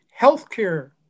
healthcare